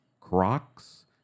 Crocs